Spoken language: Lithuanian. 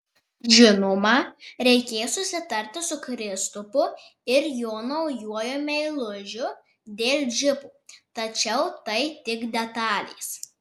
žinoma reikės susitarti su kristupu ir jo naujuoju meilužiu dėl džipo tačiau tai tik detalės